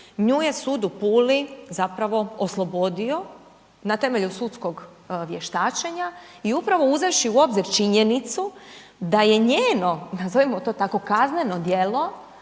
nju je sud u Puli zapravo oslobodio na temelju sudskog vještačenja i upravo uzevši u obzir činjenicu da je njeno, nazovimo to tako, kazneno djelo